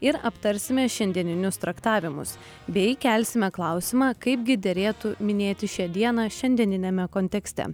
ir aptarsime šiandieninius traktavimus bei kelsime klausimą kaipgi derėtų minėti šią dieną šiandieniniame kontekste